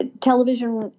television